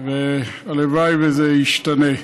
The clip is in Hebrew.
והלוואי שזה ישתנה.